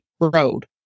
Road